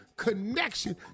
connection